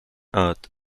earth